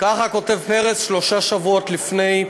ככה כתב פרס שלושה שבועות לפני פטירתו.